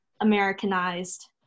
Americanized